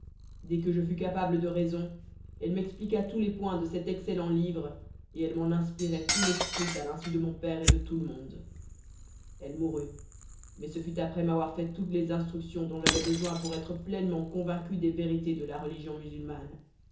dès que je fus capable de raison elle m'expliqua tous les points de cet excellent livre et elle m'en inspirait tout l'esprit à l'insu de mon père et de tout le monde elle mourut mais ce fut après m'avoir fait toutes les instructions dont j'avais besoin pour être pleinement convaincu des vérités de la religion musulmane